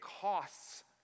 costs